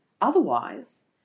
Otherwise